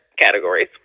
categories